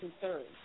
concerns